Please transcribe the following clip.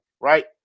right